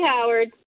Howard